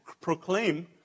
proclaim